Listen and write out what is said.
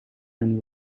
and